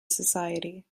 society